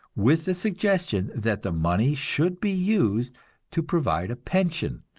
with the suggestion that the money should be used to provide a pension,